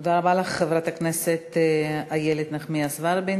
תודה רבה לך, חברת הכנסת איילת נחמיאס ורבין.